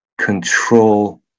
control